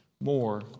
more